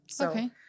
Okay